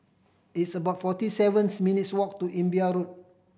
it's about forty sevens minutes' walk to Imbiah Road